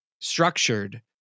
structured